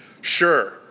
Sure